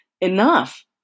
enough